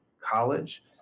college